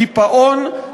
קיפאון,